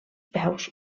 peus